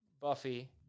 Buffy